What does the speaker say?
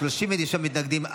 39 מתנגדים,